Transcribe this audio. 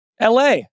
LA